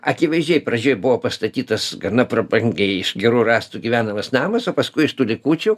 akivaizdžiai pradžioj buvo pastatytas gana prabangiai iš gerų rąstų gyvenamas namas o paskui iš tų likučių